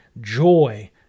Joy